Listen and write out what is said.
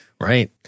right